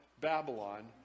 Babylon